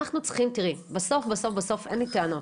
תראי בסוף בסוף אין לי טענות,